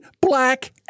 black